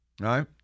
Right